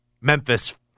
Memphis